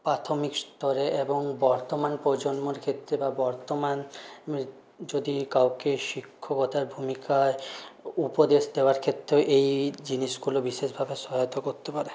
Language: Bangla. প্রাথমিক স্তরে এবং বর্তমান প্রজন্মর ক্ষেত্রে বা বর্তমান যদি কাউকে শিক্ষকতার ভূমিকায় উপদেশ দেওয়ার ক্ষেত্রেও এই জিনিসগুলো বিশেষভাবে সহায়তা করতে পারে